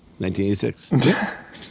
1986